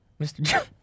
Mr